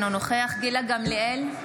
אינו נוכח גילה גמליאל,